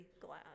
glad